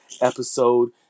episode